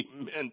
Amen